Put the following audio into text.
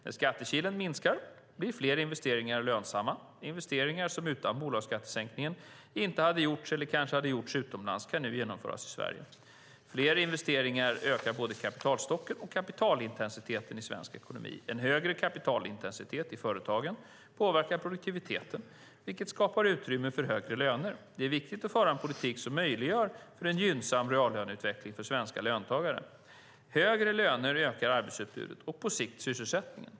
När skattekilen minskar blir fler investeringar lönsamma. Investeringar som utan bolagsskattesänkningen inte hade gjorts eller kanske hade gjorts utomlands, kan nu genomföras i Sverige. Fler investeringar ökar både kapitalstocken och kapitalintensiteten i den svenska ekonomin. En högre kapitalintensitet i företagen påverkar produktiviteten, vilket skapar utrymme för högre löner. Det är viktigt att föra en politik som möjliggör för en gynnsam reallöneutveckling för svenska löntagare. Högre löner ökar arbetsutbudet och på sikt sysselsättningen.